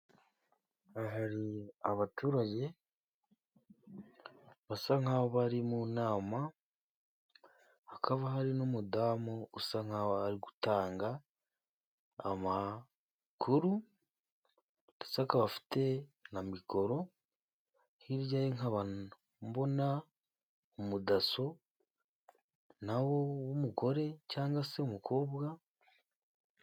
Aha hari abaturage basa nkaho bari mu nama, hakaba hari n'umudamu usa nkaho ari gutanga amakuru, ndetse akaba afite na mikoro, hirya ye nkaba mbona umudaso na we w'umugore cyangwa se w'umukobwa.